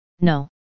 No